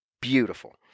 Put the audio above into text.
beautiful